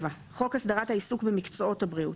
27.בחוק הסדרת העיסוק במקצועות הבריאות,